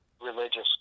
religious